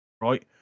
right